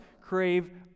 crave